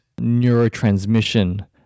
neurotransmission